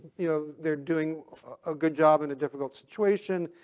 you know, they're doing a good job in a difficult situation,